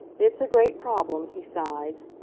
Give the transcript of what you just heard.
it's a great problem, he sighed.